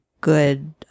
good